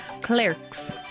clerks